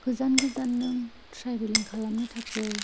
गोजान गोजान नों ट्रेबेलिं खालामनो थाखाय